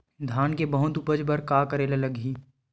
धान के बहुत उपज बर का करेला लगही?